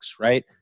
right